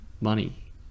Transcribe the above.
money